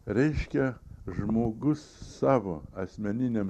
reiškia žmogus savo asmeniniam